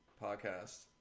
podcast